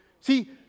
See